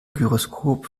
gyroskop